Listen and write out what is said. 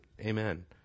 Amen